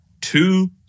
Two